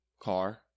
car